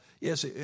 yes